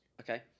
Okay